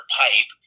pipe